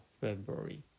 February